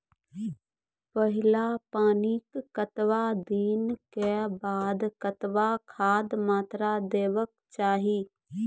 पहिल पानिक कतबा दिनऽक बाद कतबा खादक मात्रा देबाक चाही?